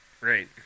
right